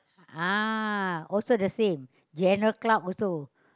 ah also the same general clerk also